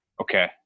Okay